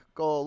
go